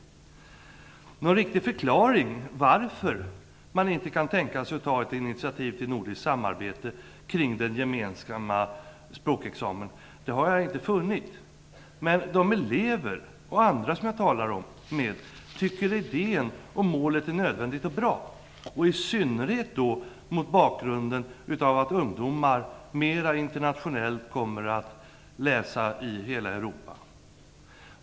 Jag har tyvärr ännu inte funnit någon riktig förklaring till varför man inte kan tänka sig att ta ett initiativ till ett nordiskt samarbete kring en gemensam språkexamen. De elever, och andra, som jag har talat med tycker att idén och målet är nödvändigt och bra - i synnerhet mot bakgrund av att ungdomars studier kommer att bli mer internationella.